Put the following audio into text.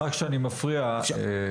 אבל סליחה שאני מפריע מיקי,